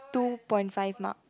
two point five mark